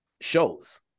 shows